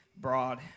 broad